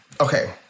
Okay